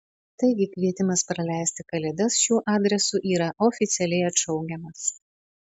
taigi kvietimas praleisti kalėdas šiuo adresu yra oficialiai atšaukiamas